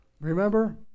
Remember